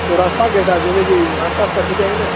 تو راستہ کیسا ہے جیسے کہ راستہ آستہ ٹھیک ہے کہ نہیں